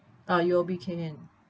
ah U_O_B Kay Hian